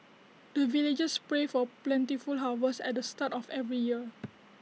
the villagers pray for plentiful harvest at the start of every year